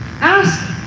Ask